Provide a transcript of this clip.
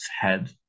head